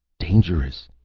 dangerous,